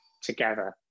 together